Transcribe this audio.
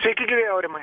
sveiki gyvi aurimai